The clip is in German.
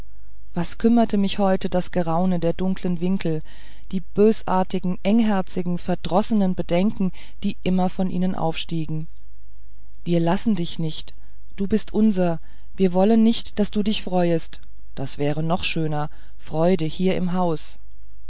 was kümmerte mich heute das geraune der dunklen winkel die bösartigen engherzigen verdrossenen bedenken die immer von ihnen aufstiegen wir lassen dich nicht du bist unser wir wollen nicht daß du dich freust das wäre noch schöner freude hier im haus